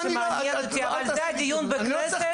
אבל זה הדיון בכנסת --- לא,